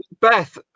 Beth